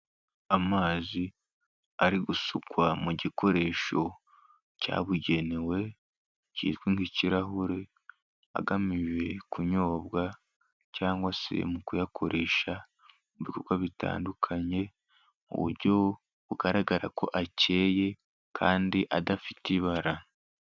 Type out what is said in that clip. Amazi ari gusukwa mu gikoresho cyabugenewe kizwi nk'ikirahure, agamije kunyobwa cyangwa se mu kuyakoresha mu bikorwa bitandukanye, mu buryo bugaragara ko akeye kandi adafite ibara.